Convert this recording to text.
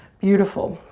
beautiful.